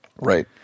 Right